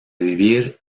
vivir